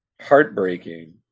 heartbreaking